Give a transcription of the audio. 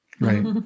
Right